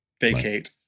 vacate